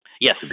Yes